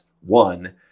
one